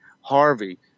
Harvey